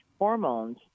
hormones